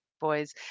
boys